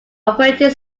operating